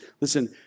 Listen